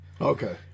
Okay